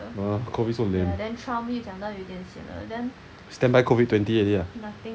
ya lor COVID so lame standby COVID twenty already lah